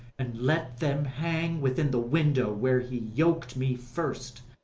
and let them hang within the window where he yok'd me first,